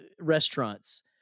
restaurants